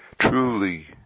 Truly